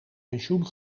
pensioen